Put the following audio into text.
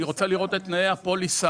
אני רוצה לראות את תנאי הפוליסה,